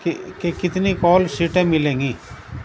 کہ کتنی کال سیٹیں ملیں گی